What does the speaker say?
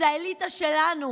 אז האליטה שלנו,